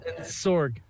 Sorg